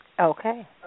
Okay